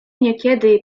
niekiedy